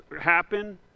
happen